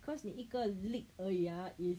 cause 你一个 leak 而已啊 is